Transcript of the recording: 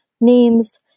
names